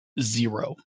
zero